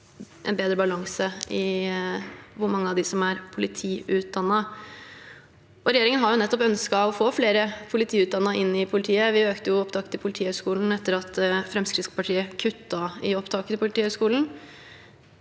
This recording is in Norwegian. en bedre balanse i hvor mange av dem som er politiutdannet. Regjeringen har ønsket nettopp å få flere politiutdannede inn i politiet. Vi økte opptaket til Politihøgskolen etter at Fremskrittspartiet kuttet i opptaket til Politihøgskolen.